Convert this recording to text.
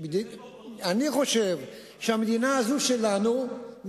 אני חושב שהמדינה הזאת שלנו,